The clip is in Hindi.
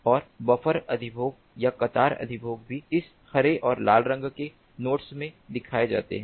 और बफर अधिभोग या कतार अधिभोग भी इस हरे और लाल रंग के नोड्स में दिखाए जाते हैं